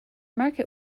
market